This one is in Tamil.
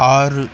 ஆறு